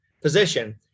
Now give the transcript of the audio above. position